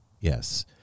yes